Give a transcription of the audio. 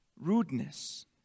rudeness